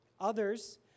Others